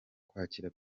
kwakira